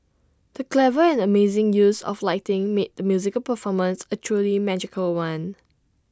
the clever and amazing use of lighting made the musical performance A truly magical one